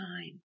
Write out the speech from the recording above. time